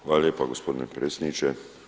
Hvala lijepo gospodine predsjedniče.